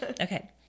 Okay